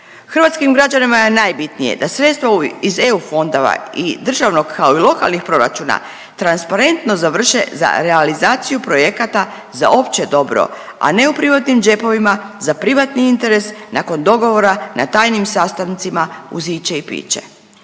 Hrvatskim građanima je najbitnije da sredstva iz EU fondova i državnog kao i lokalnih proračuna transparentno završe za realizaciju projekata za opće dobro, a ne u privatnim džepovima za privatni interes nakon dogovora na tajnim sastancima uz iće i piće.